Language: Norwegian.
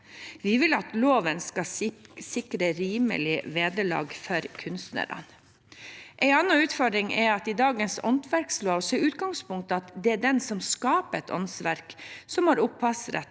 Vi vil at loven skal sikre rimelig vederlag for kunstnerne. En annen utfordring er at i dagens åndsverkslov er utgangspunktet at det er den som skaper et åndsverk, som har opphavsrett